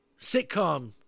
sitcom